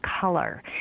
color